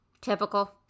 typical